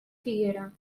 figuera